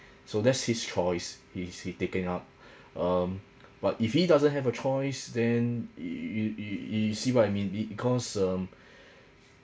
so that's his choice he's he taking up um but if he doesn't have a choice then you you see what I mean because um